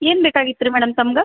ಏನು ಬೇಕಾಗಿತ್ತು ರೀ ಮೇಡಮ್ ತಮ್ಗ